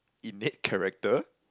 innate character